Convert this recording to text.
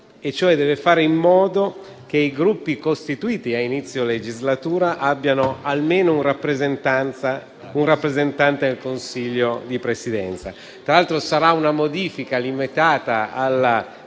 e cioè deve fare in modo che i Gruppi costituiti a inizio legislatura abbiano almeno un rappresentante al Consiglio di Presidenza. Tra l'altro, sarà una modifica limitata alla